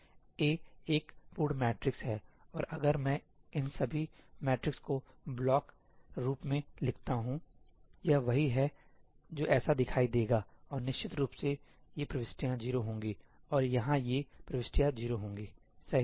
A एक पूर्ण matrix है और अगर मैं इन सभी मैट्रिक्स को ब्लॉक रूप में लिखता हूं यह वही है जो ऐसा दिखाई देगा और निश्चित रूप से ये प्रविष्टियां 0 होंगी और यहां ये प्रविष्टियां 0 होंगी सही